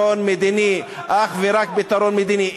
יש פתרון מדיני, אך ורק פתרון מדיני.